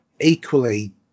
equally